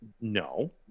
No